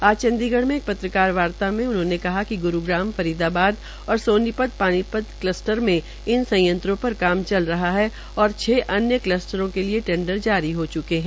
आज चंडीगढ़ में एक पत्रकार वार्ता सम्मेलन मे उन्होंने कहा कि ग्रूग्राम फरीदाबाद और सोनीपत पानीपत कल्स्टर में इन संयंत्रों पर काम चल रहा है छ अन्य कलस्टरों के लिए टेंडर जारी हो च्के है